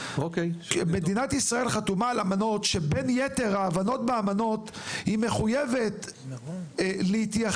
מדינת ישראל חתומה על אמנות שבין יתר ההבנות באמנות היא מחויבת להתייחס